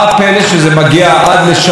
ואולי אחת תועמד לדין,